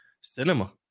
Cinema